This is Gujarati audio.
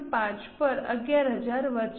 5 પર 11000 વધશે